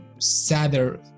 sadder